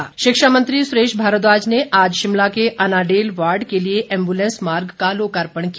सुरेश भारद्वाज शिक्षामंत्री सुरेश भारद्वाज ने आज शिमला के अनाडेल वार्ड के लिए एम्ब्रलैंस मार्ग का लोकार्पण किया